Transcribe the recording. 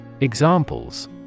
Examples